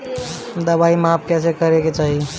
दवाई माप कैसे करेके चाही?